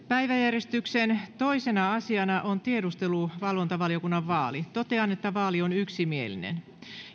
päiväjärjestyksen toisena asiana on tiedusteluvalvontavaliokunnan vaali totean että vaali on yksimielinen